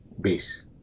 base